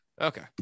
Okay